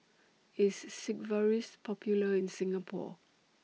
IS Sigvaris Popular in Singapore